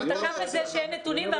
הוא תקף את זה שאין נתונים,